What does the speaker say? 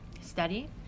study